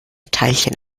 teilchen